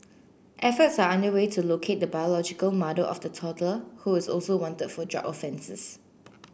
efforts are underway to locate the biological mother of the toddler who is also wanted for drug offences